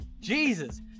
Jesus